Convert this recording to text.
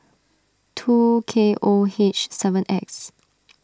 two K O H seven X